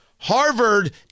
Harvard